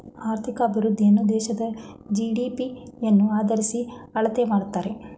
ಆರ್ಥಿಕ ಅಭಿವೃದ್ಧಿಯನ್ನು ದೇಶದ ಜಿ.ಡಿ.ಪಿ ಯನ್ನು ಆದರಿಸಿ ಅಳತೆ ಮಾಡುತ್ತಾರೆ